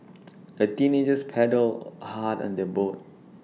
the teenagers paddled hard on their boat